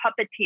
puppeteer